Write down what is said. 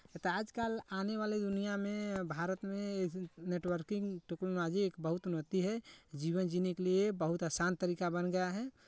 तो आज कल आने वाले दुनियाँ में भारत में नेटवर्किंग टेक्नॉलाजी एक बहुत उन्नति है जीवन जीने के बहुत आसान तरीका बन गया है